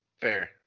Fair